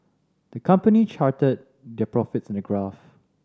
the company charted their profits in a graph